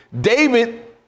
David